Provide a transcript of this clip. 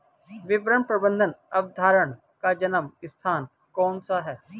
विपणन प्रबंध अवधारणा का जन्म स्थान कौन सा है?